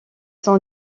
sont